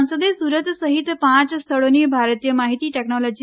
સંસદે સુરત સહિત પાંચ સ્થળોની ભારતીય માહિતી ટેકનોલોજી